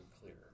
clearer